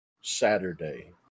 saturday